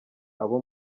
abo